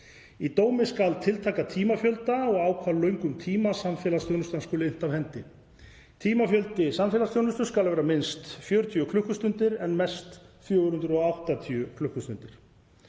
Í dómi skal tiltaka tímafjölda og á hve löngum tíma samfélagsþjónustan skuli innt af hendi. Tímafjöldi samfélagsþjónustu skal minnst vera 40 klukkustundir og mest 480 klukkustundir.